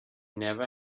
never